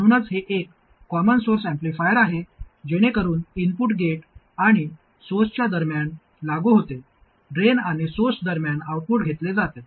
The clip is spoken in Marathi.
म्हणूनच हे एक कॉमन सोर्स ऍम्प्लिफायर आहे जेणेकरून इनपुट गेट आणि सोर्सच्या दरम्यान लागू होते ड्रेन आणि सोर्स दरम्यान आउटपुट घेतले जाते